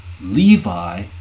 levi